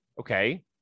Okay